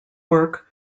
work